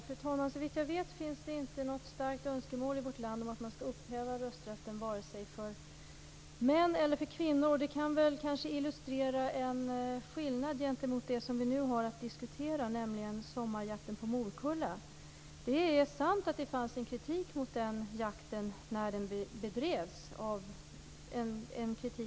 Fru talman! Såvitt jag vet finns det inte något starkt önskemål i vårt land om att man skall upphäva rösträtten för vare sig män eller kvinnor. Det kan väl kanske illustrera en skillnad gentemot det som vi nu har att diskutera, nämligen sommarjakten på morkulla. Det är sant att det fanns en kritik av etiskt art mot jakten när den bedrevs.